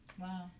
Wow